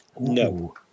no